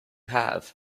have